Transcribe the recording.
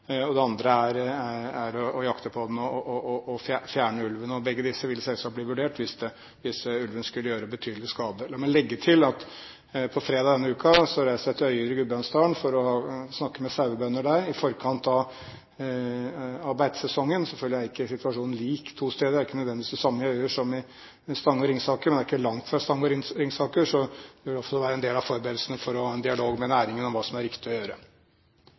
Begge disse tiltakene vil selvsagt bli vurdert hvis ulven skulle gjøre betydelig skade. Men la meg legge til at på fredag reiser jeg til Øyer i Gudbrandsdalen for å snakke med sauebønder der i forkant av beitesesongen. Selvfølgelig er ikke situasjonen lik to steder. Den er ikke nødvendigvis den samme i Øyer som i Stange og Ringsaker, men det er ikke langt fra Stange og Ringsaker, så det vil altså være en del av forberedelsene til å ha en dialog med næringen om hva som er riktig å gjøre.